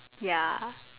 ya